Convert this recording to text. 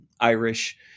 Irish